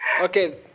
Okay